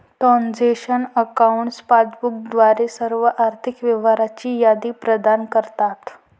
transaction accounts passbook द्वारे सर्व आर्थिक व्यवहारांची यादी प्रदान करतात